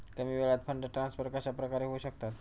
कमी वेळात fund transfer कशाप्रकारे होऊ शकतात?